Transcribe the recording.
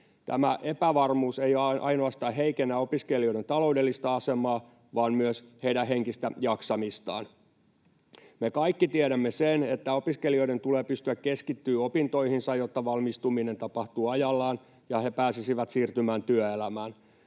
Tämä epävarmuus ei ainoastaan heikennä opiskelijoiden taloudellista asemaa vaan myös heidän henkistä jaksamistaan. Me kaikki tiedämme sen, että opiskelijoiden tulee pystyä keskittymään opintoihinsa, jotta valmistuminen tapahtuu ajallaan ja he pääsisivät siirtymään työelämään,